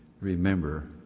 remember